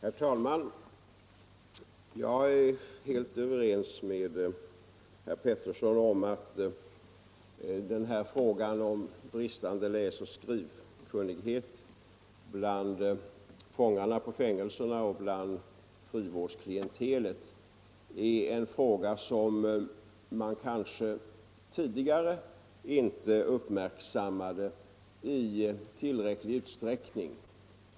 Herr talman! Jag är helt överens med herr Pettersson i Västerås om att den bristande läsoch skrivkunnigheten hos de intagna på fängelser och hos frivårdsklientelet är en fråga som tidigare kanske inte uppmärksammades i tillräcklig utsträckning.